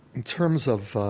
in terms of